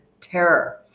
terror